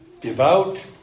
devout